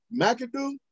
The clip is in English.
McAdoo